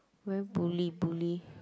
where bully bully